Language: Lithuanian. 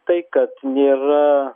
tai kad nėra